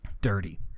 Dirty